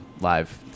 live